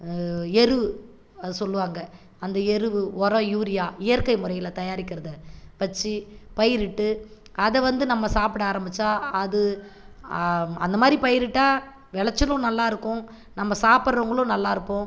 எருவு அது சொல்லுவாங்க அந்த எருவு உரம் யூரியா இயற்கை முறையில் தயாரிக்கிறதை வச்சு பயிரிட்டு அதை வந்து நம்ம சாப்பிட ஆரம்மிச்சா அது அந்த மாரி பயிரிட்டால் விளச்சலும் நல்லாருக்கும் நம்ப சாப்பிட்றவங்களும் நல்லாருப்போம்